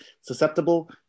susceptible